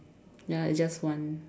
ya it's just one